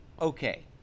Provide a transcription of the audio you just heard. Okay